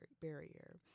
barrier